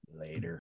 Later